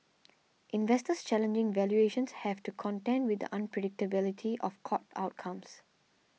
investors challenging valuations have to contend with the unpredictability of court outcomes